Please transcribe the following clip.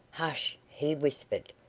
hush! he whispered.